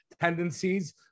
tendencies